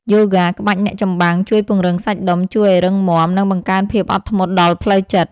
យូហ្គាក្បាច់អ្នកចម្បាំង ជួយពង្រឹងសាច់ដុំជើងឱ្យរឹងមាំ និងបង្កើនភាពអត់ធ្មត់ដល់ផ្លូវចិត្ត។